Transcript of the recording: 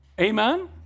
Amen